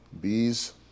bees